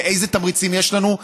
ואיזה תמריצים יש לנו?